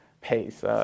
pace